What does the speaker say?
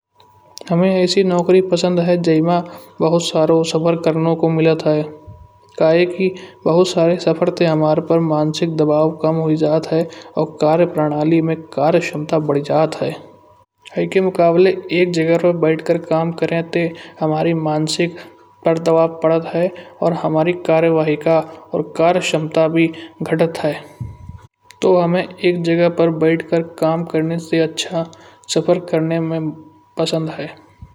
हमे अइसे नौकरी पसंद हय। जाय मा बहुत सारे सफर करणे को मिलत हय। काहे के बहुत सारे सफर ते हमार ऊपर मानसिक दबाव कम होइ जात हय। और कार्य प्रणाली में कार्य क्षमता बढ़ जात हय। यइ की मुकाबला एक जगह पर बैठ कर काम करण ते हमार मानसिक तनाव परत हय। और हमार कार्यवाही का और कार्य क्षमता भी घटत हय। तो हमे एक जगह पर बैठकर काम करने से अच्छा सफर करने में पसंद हय।